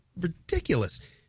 ridiculous